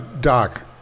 Doc